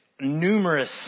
numerous